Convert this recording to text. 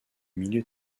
milieu